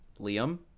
Liam